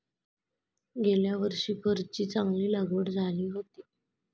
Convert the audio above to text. गेल्या वर्षी फरची चांगली लागवड झाली होती